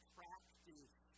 Practice